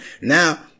Now